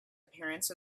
appearance